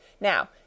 Now